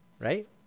Right